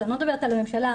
לא מדברת על הממשלה,